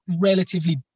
relatively